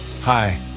Hi